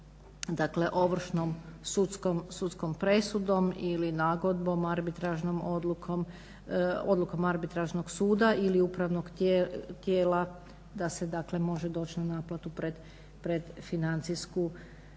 dakle ovršnom sudskom presudom ili nagodbom, arbitražnom odlukom, odlukom Arbitražnog suda ili upravnog tijela, da se može doći na naplatu pred financijsku